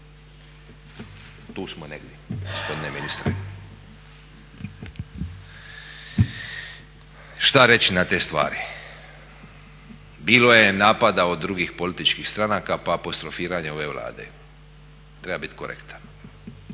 Tu smo negdje gospodine ministre. Šta reći na te stvari? Bilo je napada od drugih političkih stranaka pa apostrofiranje ove Vlade. Treba biti korektan.